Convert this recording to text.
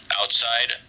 outside